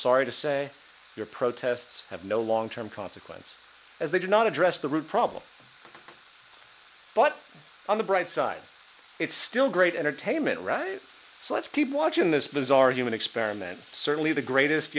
sorry to say your protests have no long term consequence as they did not address the root problem but on the bright side it's still great entertainment right so let's keep watching this bizarre human experiment certainly the greatest